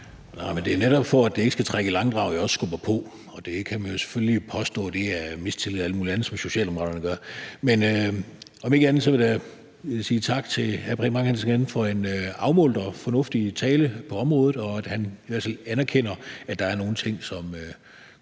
Det er netop, for at det ikke skal trække i langdrag, at jeg også skubber på. Det kan man jo selvfølgelig påstå er mistillid og alt muligt andet, som Socialdemokraterne gør, men om ikke andet vil jeg sige tak til hr. Preben Bang Henriksen igen for en afmålt og fornuftig tale på området og for, at han erkender, at der er nogle ting i